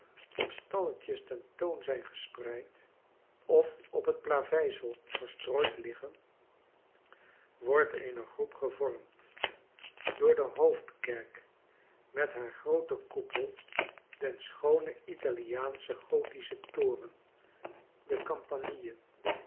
op stalletjes ten toon zijn gespreid of op het plaveisel verstrooid liggen wordt eene groep gevormd door de hoofdkerk met haar grooten koepel den schoonen italiaansch gothischen toren de campanile